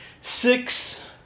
Six